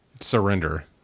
Surrender